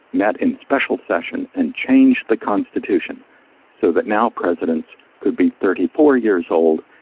met in special session and changed the constitution so that now presidents could be thirty four years old,